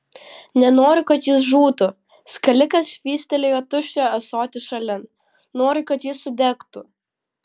nenoriu kad jis žūtų skalikas švystelėjo tuščią ąsotį šalin noriu kad jis sudegtų